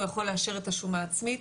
הוא יכול לאשר את השומה העצמית,